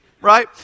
right